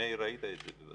מאיר, ראית את זה בוודאי.